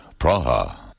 Praha